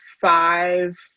five